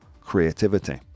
creativity